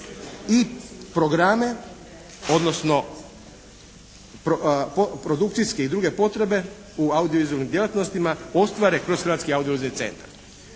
i programe odnosno produkcijske i druge potrebe u audiovizualnim djelatnostima ostvare kroz hrvatski audiovizualni centar.